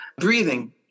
breathing